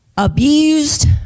Abused